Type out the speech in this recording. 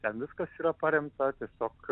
ten viskas yra paremta tiesiog